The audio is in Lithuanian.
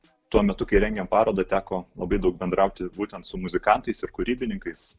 tuo metu kai rengėm parodą teko labai daug bendrauti būtent su muzikantais ir kūrybininkais